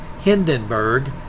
Hindenburg